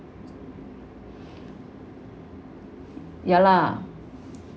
ya lah